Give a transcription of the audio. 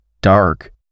dark